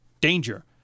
danger